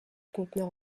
conteneurs